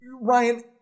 Ryan